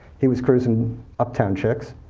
he was cruising uptown chicks.